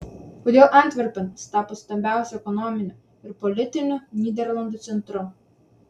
kodėl antverpenas tapo stambiausiu ekonominiu ir politiniu nyderlandų centru